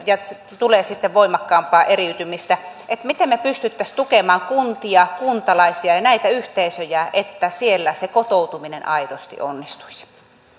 tulee sitten voimakkaampaa eriytymistä miten me pystyisimme tukemaan kuntia kuntalaisia ja näitä yhteisöjä että siellä se kotoutuminen aidosti onnistuisi